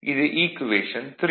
இது ஈக்குவேஷன் 3